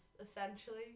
essentially